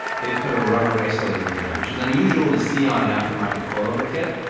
they put a rubber isolator in there, which is unusual to see on an aftermarket coilover kit.